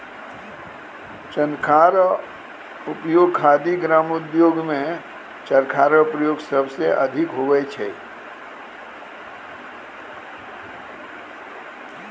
चरखा रो उपयोग खादी ग्रामो उद्योग मे चरखा रो प्रयोग सबसे अधिक हुवै छै